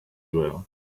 well